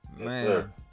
Man